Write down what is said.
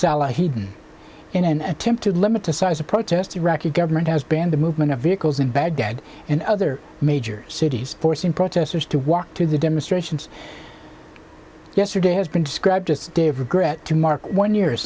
salahadin in an attempt to limit the size of protest iraqi government has banned the movement of vehicles in baghdad and other major cities forcing protesters to walk to the demonstrations yesterday has been described as dave regret to mark one year